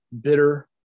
bitter